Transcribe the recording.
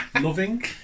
Loving